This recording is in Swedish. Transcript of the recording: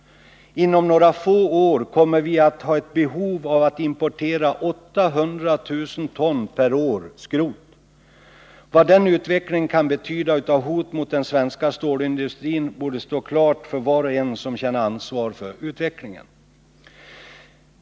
Inom några få år kommer vi att ha ett behov av att importera 800 000 ton skrot per år. Vad den utvecklingen kan betyda i fråga om hot mot den svenska stålindustrin borde stå klart för var och en som känner ansvar för utvecklingen.